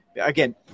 again